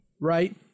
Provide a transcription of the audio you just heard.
right